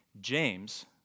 James